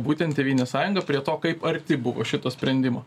būtent tėvynės sąjunga prie to kaip arti buvo šito sprendimo